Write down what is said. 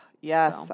yes